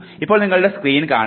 ഇപ്പോൾ നിങ്ങളുടെ സ്ക്രീൻ കാണുക